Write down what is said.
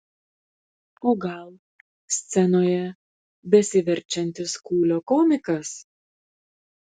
o gal scenoje besiverčiantis kūlio komikas